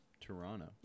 Toronto